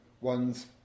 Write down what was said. one's